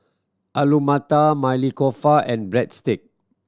Alu Matar Maili Kofta and Breadstick